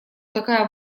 такая